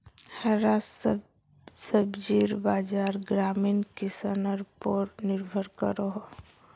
हरा सब्जिर बाज़ार ग्रामीण किसनर पोर निर्भर करोह